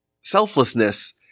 selflessness